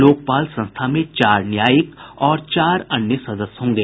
लोकपाल संस्था में चार न्यायिक और चार अन्य सदस्य होंगे